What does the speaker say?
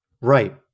Right